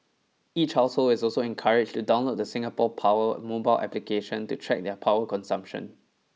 each household is also encouraged to download the Singapore Power mobile application to track their power consumption